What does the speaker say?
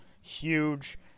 huge